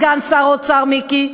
סגן שר האוצר מיקי,